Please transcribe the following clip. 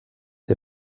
der